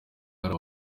ahari